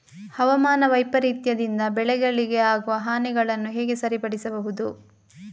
ಹವಾಮಾನ ವೈಪರೀತ್ಯದಿಂದ ಬೆಳೆಗಳಿಗೆ ಆಗುವ ಹಾನಿಗಳನ್ನು ಹೇಗೆ ಸರಿಪಡಿಸಬಹುದು?